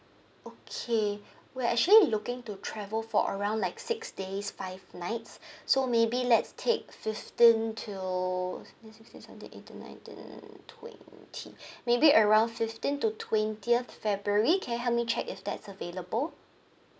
okay we're actually looking to travel for around like six days five nights so maybe let's take fifteen to fifteen sixteen seventeen eighteen nineteen twenty maybe around fifteen to twentieth february can you help me check if that's available